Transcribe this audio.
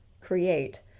create